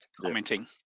commenting